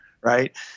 right